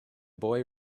boy